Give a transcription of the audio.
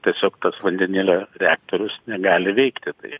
tiesiog tas vandenilio reaktorius negali veikti tai